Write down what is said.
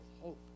hope